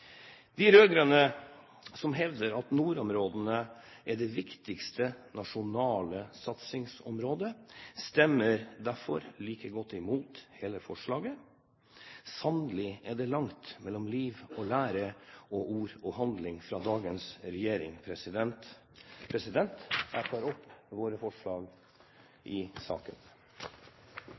De rød-grønne som hevder at nordområdene er det viktigste nasjonale satsingsområdet, stemmer derfor like godt imot hele forslaget. Sannelig er det langt mellom liv og lære og ord og handling, i dagens regjering. Jeg